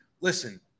listen –